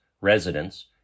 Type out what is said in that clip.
residents